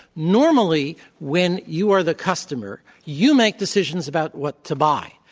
normally, when you are the customer, you make decisions about what to buy.